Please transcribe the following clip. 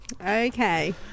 Okay